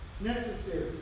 Necessary